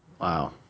wow